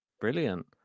Brilliant